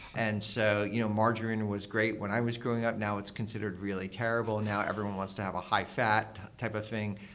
and so you know margarine was great when i was growing up, now it's considered really terrible. and now, everyone wants to have a high-fat type of thing.